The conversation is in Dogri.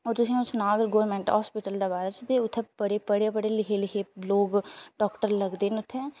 होर अ'ऊं तुसें सनां अगर गौरमेंट हॉस्पिटल दे बारे च ते उ'त्थें बड़े पढ़े पढ़े दे लिखे लिखे दे लोग डॉक्टर लगदे न उ'त्थें